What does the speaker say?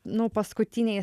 nu paskutinėj